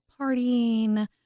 partying